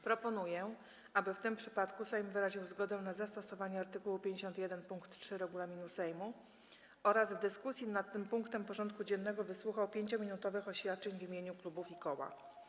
Proponuję, aby w tym przypadku Sejm wyraził zgodę na zastosowanie art. 51 pkt 3 regulaminu Sejmu oraz w dyskusji nad tym punktem porządku dziennego wysłuchał 5-minutowych oświadczeń w imieniu klubów i koła.